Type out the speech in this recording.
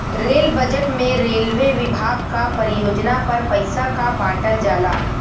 rail budget में railway विभाग क परियोजना पर पइसा क बांटल जाला